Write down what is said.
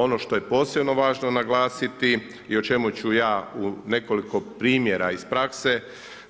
Ono što je posebno važno naglasiti i u čemu ću ja u nekoliko primjera iz prakse